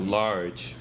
large